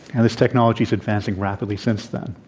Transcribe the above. and this technology is advancing rapidly since then.